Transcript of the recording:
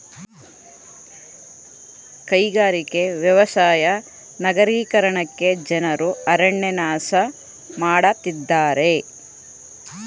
ಕೈಗಾರಿಕೆ, ವ್ಯವಸಾಯ ನಗರೀಕರಣಕ್ಕೆ ಜನರು ಅರಣ್ಯ ನಾಶ ಮಾಡತ್ತಿದ್ದಾರೆ